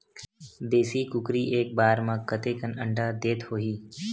देशी कुकरी एक बार म कतेकन अंडा देत होही?